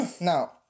now